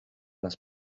las